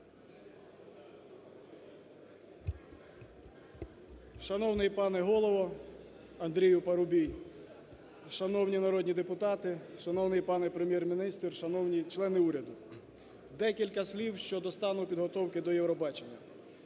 Шановний пане голово Андрію Парубій, Шановні народні депутати, шановний пане Прем’єр-міністр, шановні члени уряду! Декілька слів щодо стану підготовки до Євробачення.